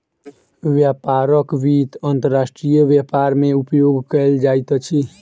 व्यापारक वित्त अंतर्राष्ट्रीय व्यापार मे उपयोग कयल जाइत अछि